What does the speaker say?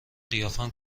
قیافم